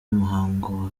muhango